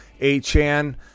A-Chan